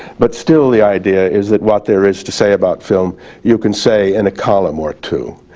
but still the idea is that what there is to say about film you can say in a column or too.